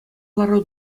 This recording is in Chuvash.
лару